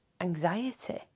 anxiety